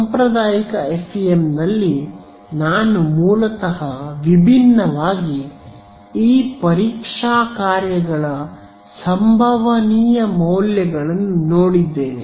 ಸಾಂಪ್ರದಾಯಿಕ ಎಫ್ಇಎಂನಲ್ಲಿ ನಾನು ಮೂಲತಃ ವಿಭಿನ್ನವಾಗಿ ಈ ಪರೀಕ್ಷಾ ಕಾರ್ಯಗಳ ಸಂಭವನೀಯ ಮೌಲ್ಯಗಳನ್ನು ನೋಡಿದ್ದೇನೆ